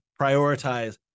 prioritize